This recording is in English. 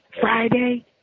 Friday